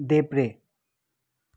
देब्रे